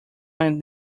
planet